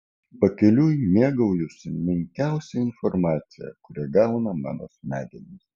pakeliui mėgaujuosi menkiausia informacija kurią gauna mano smegenys